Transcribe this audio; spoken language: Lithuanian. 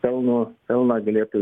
pelno pelną galėtų